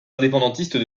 indépendantistes